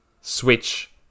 Switch